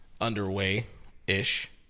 underway-ish